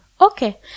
okay